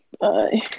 Bye